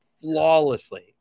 flawlessly